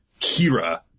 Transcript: Kira